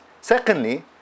Secondly